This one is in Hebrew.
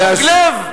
מוג לב.